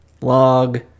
log